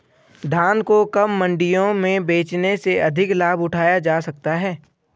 धान को कब मंडियों में बेचने से अधिक लाभ उठाया जा सकता है?